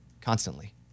constantly